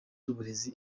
n’uburezi